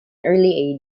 early